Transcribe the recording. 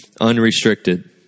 unrestricted